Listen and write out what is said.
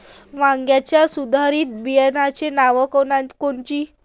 वांग्याच्या सुधारित बियाणांची नावे कोनची?